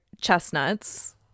chestnuts